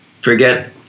forget